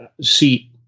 seat